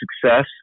success